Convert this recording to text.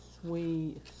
sweet